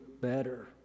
better